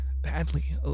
badly